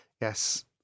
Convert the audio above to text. yes